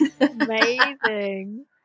amazing